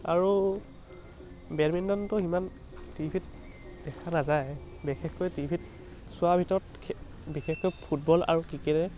আৰু বেডমিণ্টনটো সিমান টিভি ত দেখা নাযায় বিশেষকৈ টিভি ত চোৱা ভিতৰত বিশেষকৈ ফুটবল আৰু ক্ৰিকেটে